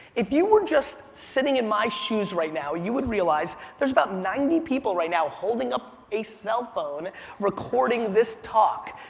if you were just sitting in my shoes right now, you would realize there's about ninety people right now holding up a cell phone recording this talk.